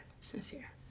Sincere